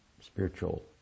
spiritual